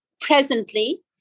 presently